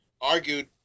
argued